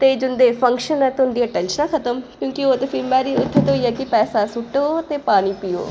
ते जिं'दे फंक्शन न उं'दियां टैंशनां खत्म क्योंकि ओह् ते फ्ही होई गेआ कि पैसा सु'ट्टो ते पानी पियो